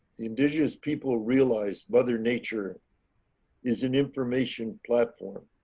indigenous people realized mother nature is an information platform